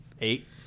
Eight